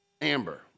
Amber